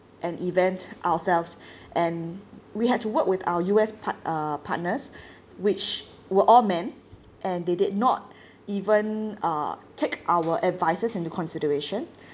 an event ourselves and we had to work with our U_S part~ uh partners which were all men and they did not even uh take our advices into consideration